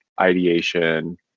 ideation